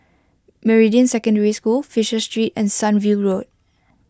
Meridian Secondary School Fisher Street and Sunview Road